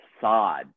Sod